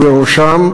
ובראשם,